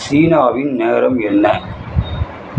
சீனாவின் நேரம் என்ன